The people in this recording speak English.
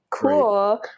cool